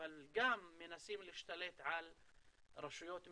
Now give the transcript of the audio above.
אבל גם מנסים להשתלט על רשויות מקומיות,